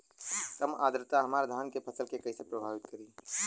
कम आद्रता हमार धान के फसल के कइसे प्रभावित करी?